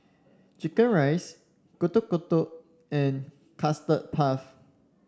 chicken rice Getuk Getuk and Custard Puff